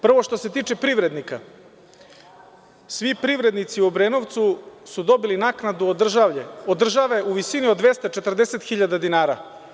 Prvo, što se tiče privrednika, svi privrednici u Obrenovcu su dobili naknadu od države u visini od 240 hiljada dinara.